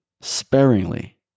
sparingly